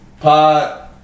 Pot